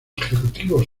ejecutivos